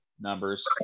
numbers